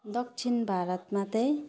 दक्षिण भारतमा चाहिँ